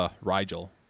Rigel